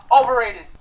Overrated